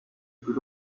plus